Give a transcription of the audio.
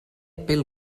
pèl